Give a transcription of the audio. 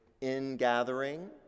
in-gathering